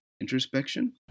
introspection